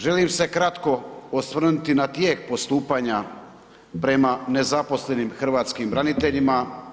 Želim se kratko osvrnuti na tijek postupanja prema nezaposlenim hrvatskim braniteljima.